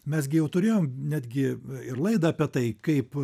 mes gi jau turėjom netgi ir laidą apie tai kaip